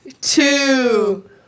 two